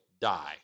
die